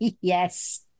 Yes